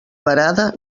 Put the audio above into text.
varada